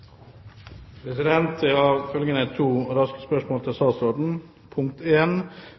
Jeg har følgende to raske spørsmål til statsråden.